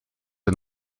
and